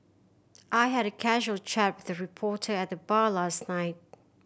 I had a casual chat with a reporter at the bar last night